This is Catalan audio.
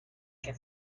que